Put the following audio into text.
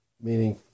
meaning